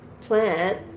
plant